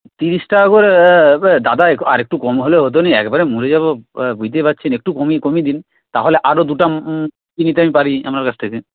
তিরিশ টাকা করে দাদা আর একটু কম হলে হতোনা একবারে মরে যাব বুঝতেই পারছেন একটু কমিয়ে কমিয়ে দিন তাহলে আরও দুটা নিতে পারি আমি আপনার কাছ থেকে